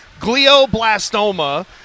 Glioblastoma